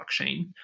blockchain